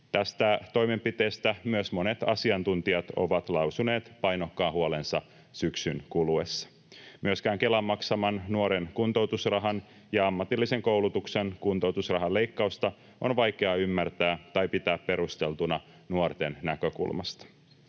Tästä toimenpiteestä myös monet asiantuntijat ovat lausuneet painokkaan huolensa syksyn kuluessa. Myöskään Kelan maksaman nuoren kuntoutusrahan ja ammatillisen koulutuksen kuntoutusrahan leikkausta on vaikea ymmärtää tai pitää perusteltuna nuorten näkökulmasta.